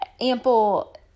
ample